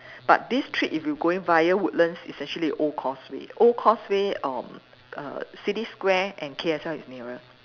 but this trip if you going via Woodlands is actually old causeway old causeway uh err city square and K_S_L is nearer